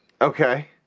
okay